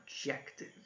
objective